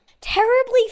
Terribly